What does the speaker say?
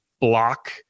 block